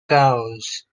cows